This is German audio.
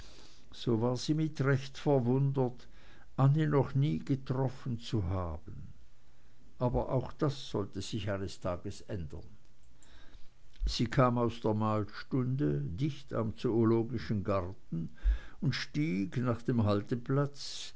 so war sie mit recht verwundert annie noch nie getroffen zu haben aber auch das sollte sich eines tages ändern sie kam aus der malstunde dicht am zoologischen garten und stieg nahe dem halteplatz